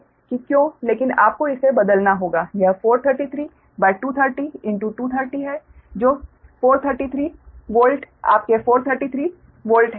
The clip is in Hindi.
यही कारण है कि क्यों लेकिन आपको इसे बदलना होगा यह 433230230 है जो 433 वोल्ट आपके 433 वोल्ट है